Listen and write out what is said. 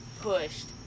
pushed